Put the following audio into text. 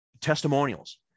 testimonials